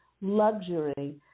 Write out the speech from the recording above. luxury